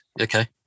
Okay